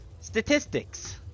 statistics